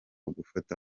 gufata